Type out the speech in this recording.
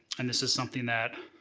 and this is something that,